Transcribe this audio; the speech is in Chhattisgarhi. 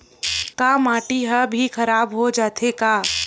का माटी ह भी खराब हो जाथे का?